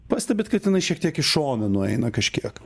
pastebit kad jinai šiek tiek į šoną nueina kažkiek